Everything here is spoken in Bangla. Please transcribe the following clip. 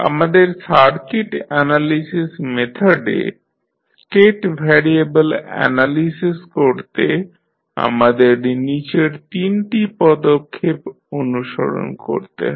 আমাদের সার্কিট অ্যানালিসিস মেথডে স্টেট ভ্যারিয়েবল অ্যানালিসিস করতে আমাদের নীচের তিনটি পদক্ষেপ অনুসরণ করতে হবে